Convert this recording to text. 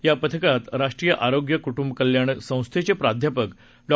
या पथकात राष्ट्रीय आरोग्य आणि कुटंब कल्याण संस्थेचे प्राध्यापक डॉ